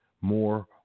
more